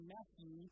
Matthew